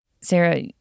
Sarah